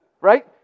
Right